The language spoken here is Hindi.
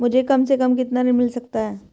मुझे कम से कम कितना ऋण मिल सकता है?